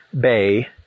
bay